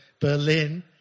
Berlin